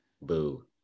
Boo